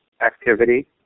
activity